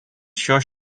šios